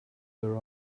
their